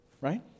right